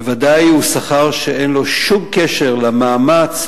בוודאי הוא שכר שאין לו שום קשר למאמץ,